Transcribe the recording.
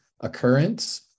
occurrence